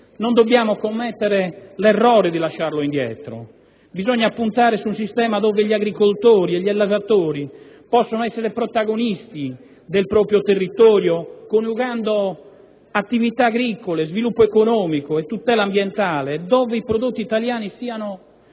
non dobbiamo commettere l'errore di lasciarlo indietro. Bisogna puntare su un sistema in cui gli agricoltori e gli allevatori possano essere protagonisti del proprio territorio coniugando attività agricole, sviluppo economico e tutela ambientale e dove i prodotti italiani siano